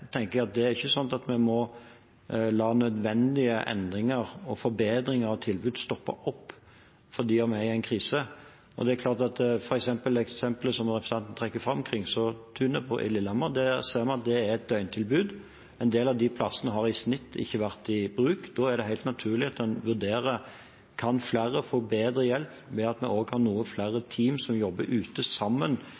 forbedringer av tilbud stoppe opp fordi vi er i en krise. Eksempelet som representanten trekker fram, Kringsjåtunet på Lillehammer, er et døgntilbud. En del av de plassene har i snitt ikke vært i bruk. Da er det helt naturlig at en vurderer om flere kan få bedre hjelp ved at vi har noen flere team som ikke minst jobber ute sammen med alle de nye årsverkene som har kommet i kommunene, innenfor psykisk helse, slik at spesialisthelsetjenesten og kommunehelsetjenesten jobber mer sammen rundt den enkelte som har